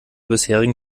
bisherigen